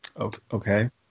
Okay